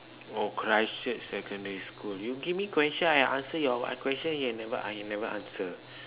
oh Christchurch secondary school you give me question I answer your what question you never ah you never answer